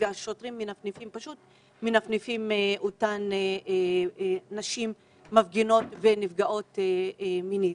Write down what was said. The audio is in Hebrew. והשוטרים פשוט מנפנפים את אותן נשים שמפגינות ונפגעות מינית.